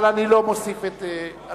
אבל אני לא מוסיף את הצבעתו.